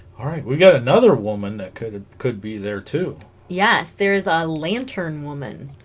all right we got another woman that could it could be there too yes there's a lantern woman